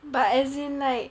but as in like